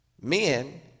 men